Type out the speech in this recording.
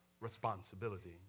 responsibility